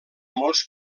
molts